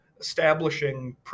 establishing